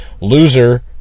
Loser